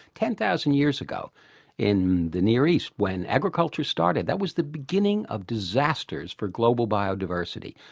ten thousand years ago in the near east when agriculture started, that was the beginning of disasters for global biodiversity.